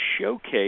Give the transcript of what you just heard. showcase